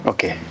Okay